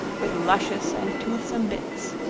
with luscious and toothsome bits